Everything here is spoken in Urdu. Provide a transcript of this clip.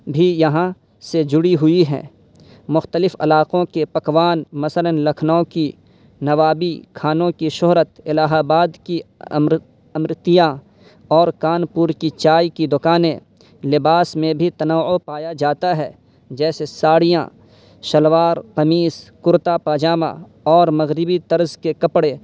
بھی یہاں سے جڑی ہوئی ہے مختلف علاقوں کے پکوان مثلاً لکھنؤ کی نوابی کھانوں کی شہرت الہ آباد کی امرت امرتیاں اور کانپور کی چائے کی دکانیں لباس میں بھی تنوع پایا جاتا ہے جیسے ساڑیاں شلوار قمیص کرتا پاجامہ اور مغربی طرز کے کپڑے